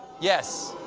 yes,